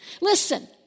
Listen